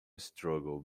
struggle